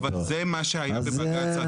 זה מה שהיה בבג"ץ.